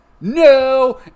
no